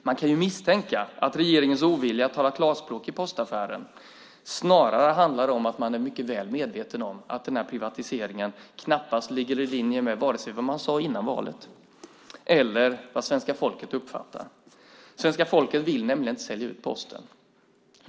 Man kan misstänka att regeringens ovilja att tala klarspråk i postaffären snarare handlar om att man är mycket väl medveten om att den här privatiseringen knappast ligger i linje med vad man sade före valet eller med svenska folkets uppfattning. Svenska folket vill nämligen inte sälja ut Posten.